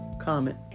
comment